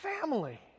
family